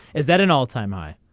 is that an all time high.